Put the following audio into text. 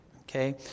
Okay